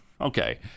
Okay